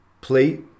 plate